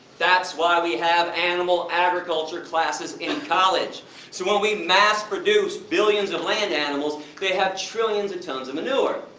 that's why we have animal agriculture classes in college. so when we mass produce billions of land animals, they have trillions of tons of manure.